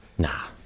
Nah